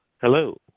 Hello